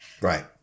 right